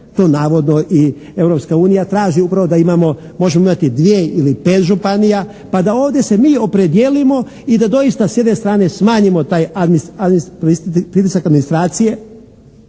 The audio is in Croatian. upravo da imamo, možemo imati dvije ili pet županija pa da ovdje se mi opredijelimo i da doista s jedne strane smanjimo taj administrativni,